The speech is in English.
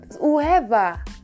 whoever